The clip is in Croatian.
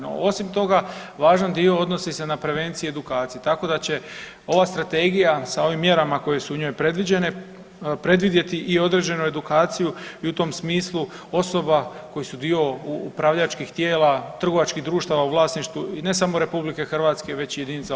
No osim toga važan dio odnosi se na prevencije i edukacije, tako da će ova strategija sa ovim mjerama koje su u njoj predviđene predvidjeti i određenu edukaciju i u tom smislu osoba koje su dio upravljačkih tijela trgovačkih društava u vlasništvu i ne samo RH već i JLS-ova.